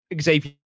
xavier